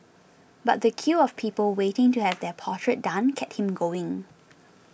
but the queue of people waiting to have their portrait done kept him going